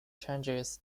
changes